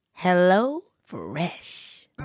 HelloFresh